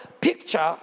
picture